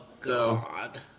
God